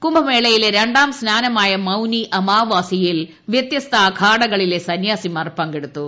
കുംഭമേളയിലെ രണ്ടാം സ്നാനമായ മൌനി അമാവാസ്യയിൽ വ്യത്യസ്ത അഖാഡകളിലെ സന്യാസിമാർ പങ്കെടുത്തു